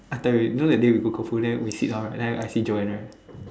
I tell you you know that day we go Koufu then we sit down right then I saw Joanna